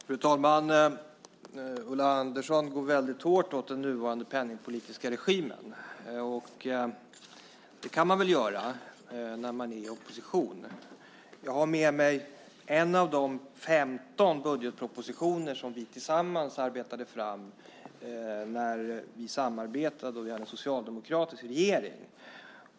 Fru talman! Ulla Andersson går väldigt hårt åt den nuvarande penningpolitiska regimen. Och det kan man väl göra när man är i opposition. Jag har med mig en av de 15 budgetpropositioner som vi tillsammans arbetade fram när vi samarbetade och hade en socialdemokratisk regering.